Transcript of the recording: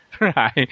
Right